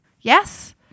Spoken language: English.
Yes